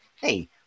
Hey